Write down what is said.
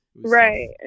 Right